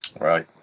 right